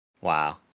Wow